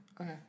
okay